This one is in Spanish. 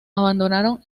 abandonaron